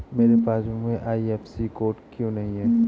मेरे पासबुक में IFSC code क्यो नहीं है?